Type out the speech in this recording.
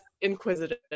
inquisitive